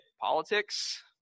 politics